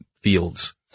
fields